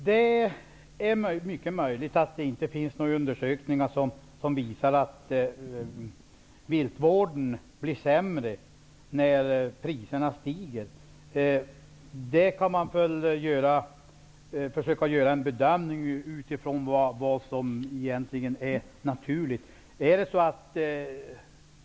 Herr talman! Det är mycket möjligt att det inte finns några undersökningar som visar att viltvården blir sämre när priserna stiger. Men man kan ju försöka göra en bedömning utifrån vad som egentligen är naturligt.